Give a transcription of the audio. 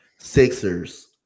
Sixers